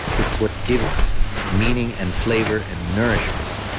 it's what gives meaning and flavor and nourishment.